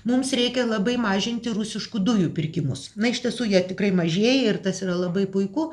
mums reikia labai mažinti rusiškų dujų pirkimus na iš tiesų jie tikrai mažėja ir tas yra labai puiku